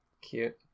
Cute